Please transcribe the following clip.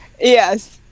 Yes